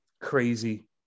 Crazy